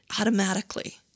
automatically